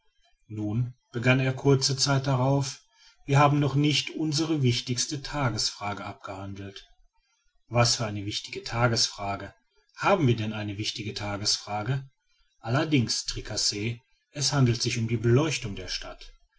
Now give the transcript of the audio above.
nun begann er kurze zeit darauf wir haben noch nicht unsere wichtigste tagesfrage abgehandelt was für eine wichtige tagesfrage haben wir denn eine wichtige tagesfrage allerdings tricasse es handelt sich um die beleuchtung der stadt